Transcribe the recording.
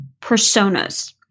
Personas